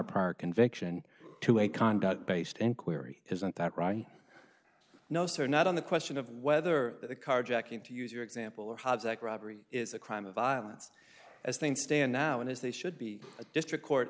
a part conviction to a conduct based inquiry isn't that right no sir not on the question of whether the carjacking to use your example or hobbs act robbery is a crime of violence as things stand now and as they should be a district court